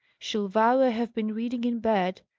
she'll vow i have been reading in bed.